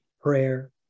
prayer